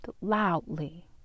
loudly